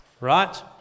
Right